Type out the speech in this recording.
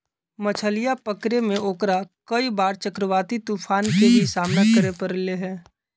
मछलीया पकड़े में ओकरा कई बार चक्रवाती तूफान के भी सामना करे पड़ले है